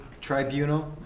tribunal